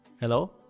Hello